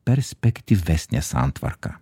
perspektyvesnė santvarka